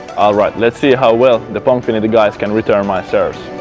alright, let's see how well the pongfinity guys can return my serves.